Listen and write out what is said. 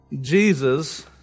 Jesus